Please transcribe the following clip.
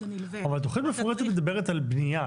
הנלווה --- אבל התוכנית המפורטת מדברת על בניה,